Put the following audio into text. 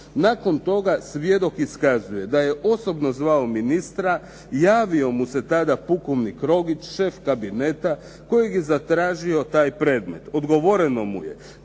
Nakon toga svjedok iskazuje da je osobno zvao ministra, javio mu se tada pukovnik Rogić, šef kabineta kojeg je zatražio taj predmet. Odgovoreno mu je